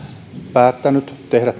päättänyt tehdä